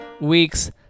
week's